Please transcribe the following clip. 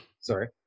sorry